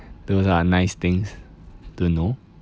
those are nice things to know